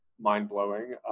mind-blowing